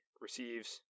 receives